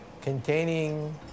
containing